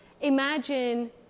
imagine